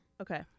Okay